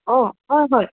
অ' হয় হয়